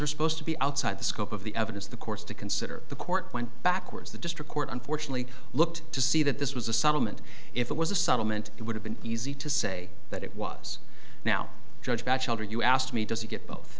are supposed to be outside the scope of the evidence the course to consider the court went backwards the district court unfortunately looked to see that this was a settlement if it was a subtle meant it would have been easy to say that it was now judge batchelder you asked me does he get both